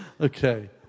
Okay